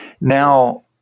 now